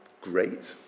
great